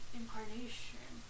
incarnation